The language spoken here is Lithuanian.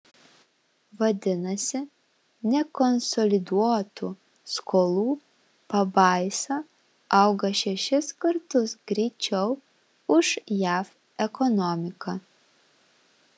vadinasi nekonsoliduotų skolų pabaisa auga šešis kartus greičiau už jav ekonomiką